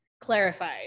clarified